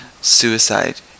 suicide